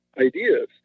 ideas